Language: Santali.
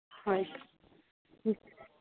ᱦᱳᱭ ᱦᱩᱸ